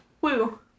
Woo